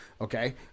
okay